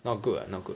not good ah not good